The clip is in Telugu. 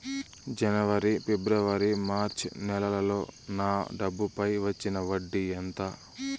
జనవరి, ఫిబ్రవరి, మార్చ్ నెలలకు నా డబ్బుపై వచ్చిన వడ్డీ ఎంత